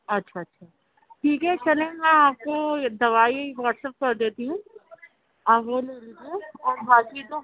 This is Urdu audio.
اچھا اچھا ٹھیک ہے چلیں میں آپ کو دوائی واٹس ایپ کر دیتی ہوں آپ وہ لے لیجیے اور باقی تو